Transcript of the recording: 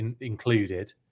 included